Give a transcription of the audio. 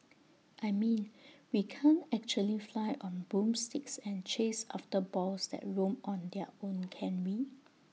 I mean we can't actually fly on broomsticks and chase after balls that roam on their own can we